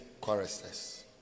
choristers